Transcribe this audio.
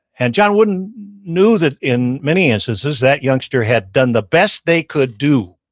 and john wooden knew that in many instances that youngster had done the best they could do.